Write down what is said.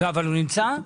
לדיון הזה.